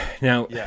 Now